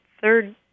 third